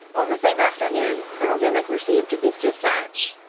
on the same afternoon, col. dimick received this dispatch